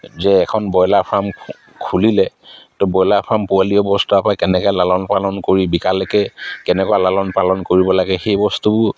যে এখন broiler farm খুলিলেতো ব্ৰইলাৰ ফাৰ্ম পোৱালি অৱস্থাৰপৰা কেনেকৈ লালন পালন কৰি বিকালৈকে কেনেকুৱা লালন পালন কৰিব লাগে সেই বস্তুবোৰ